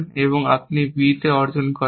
এবং আপনি b এ অর্জন করেন